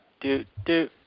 Do-do